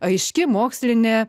aiški mokslinė